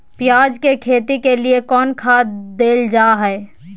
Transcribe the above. प्याज के खेती के लिए कौन खाद देल जा हाय?